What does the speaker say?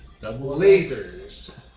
lasers